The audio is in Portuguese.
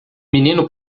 menino